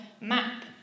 map